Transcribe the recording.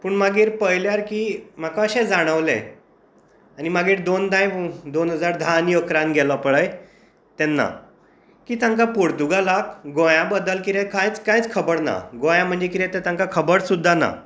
पूण मागीर पयल्यार की म्हाका अशें जाणवलें आनी मागीर दोनदां दोन हजार धान आनी अकरान गेल्लों पळय तेन्ना की तांकां पोर्तुगालाक गोंया बद्दल कितें कांयच कांयच खबर ना गोंय म्हणजें कितें तर तांकां खबर सुद्दां ना